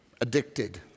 addicted